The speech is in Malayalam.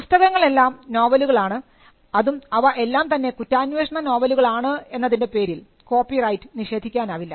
പുസ്തകങ്ങളെല്ലാം നോവലുകളാണ് അതും അവ എല്ലാം തന്നെ കുറ്റാന്വേഷണ നോവലുകളാണ് എന്നതിൻറെ പേരിൽ കോപ്പിറൈറ്റ് നിഷേധിക്കാനാവില്ല